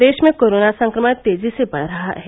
प्रदेश में कोरोना संक्रमण तेजी से बढ़ रहा है